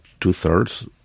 two-thirds